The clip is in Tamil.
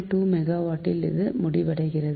2 மெகாவாட் இல் இது முடிவடைகிறது